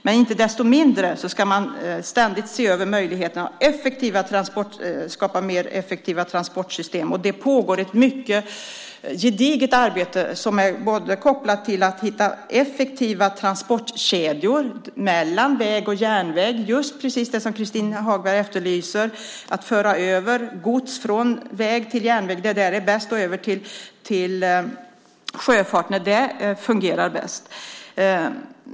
Men inte desto mindre ska man ständigt se över möjligheterna att skapa mer effektiva transportsystem. Och det pågår ett mycket gediget arbete som är kopplat till att hitta effektiva transportkedjor mellan väg och järnväg, just det som Christin Hagberg efterlyser, nämligen att föra över gods från väg till järnväg där det är bäst och över till sjöfart när det fungerar bäst.